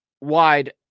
wide